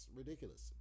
ridiculous